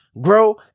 grow